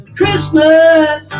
Christmas